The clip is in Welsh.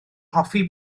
hoffi